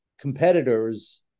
competitors